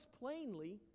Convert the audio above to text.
plainly